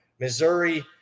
Missouri